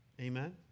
Amen